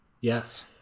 yes